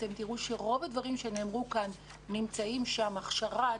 אתם תראו שרוב הדברים שנאמרו כאן נמצאים שם כמו הכשרה,